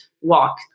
walk